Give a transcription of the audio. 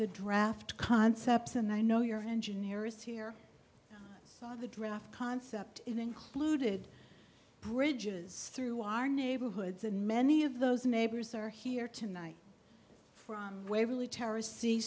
the draft concepts and i know your engineers here saw the draft concept included bridges through our neighborhoods and many of those neighbors are here tonight from waverly terr